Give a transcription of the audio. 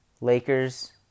Lakers